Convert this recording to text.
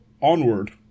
onward